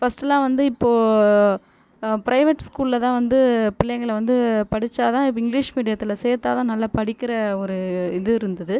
ஃபஸ்ட்டெலாம் வந்து இப்போது பிரைவேட் ஸ்கூலில்தான் வந்து பிள்ளைங்களை வந்து படித்தாதான் இங்கிலீஷ் மீடியத்தில் சேர்த்தாதான் நல்லா படிக்கிற ஒரு இது இருந்தது